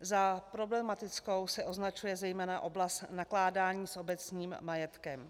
Za problematickou se označuje zejména oblast nakládání s obecním majetkem.